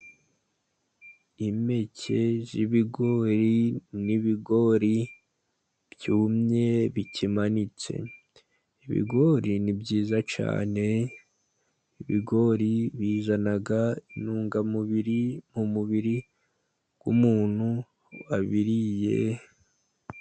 Impeke z'ibigori ni ibigori byumye bikimanitse. Ibigori ni byiza cyane, ibigori bizana intungamubiri mu mubiri w'umuntu wabiriye.